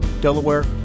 Delaware